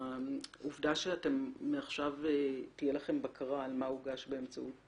העובדה שמעכשיו תהיה לכם בקרה על מה הוגש באמצעות